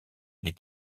les